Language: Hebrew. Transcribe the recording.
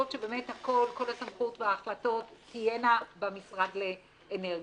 שבאמת כל הסמכות וההחלטות תהיינה במשרד האנרגיה.